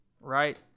right